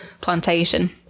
plantation